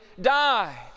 die